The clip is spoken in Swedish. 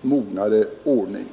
mognare ordning.